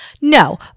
No